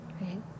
right